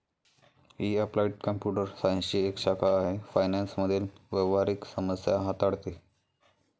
ही applied computer सायन्सची एक शाखा आहे फायनान्स मधील व्यावहारिक समस्या हाताळते